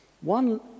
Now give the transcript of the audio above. One